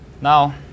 Now